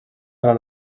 parar